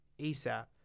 ASAP